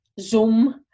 Zoom